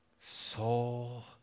Soul